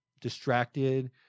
distracted